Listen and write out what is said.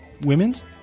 Women's